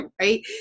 Right